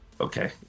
Okay